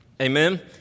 Amen